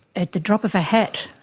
at the drop of a hat,